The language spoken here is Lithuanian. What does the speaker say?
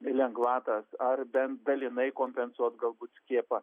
lengvatas ar bent dalinai kompensuot galbūt skiepą